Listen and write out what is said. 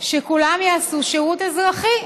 שכולם יעשו שירות אזרחי,